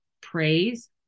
praise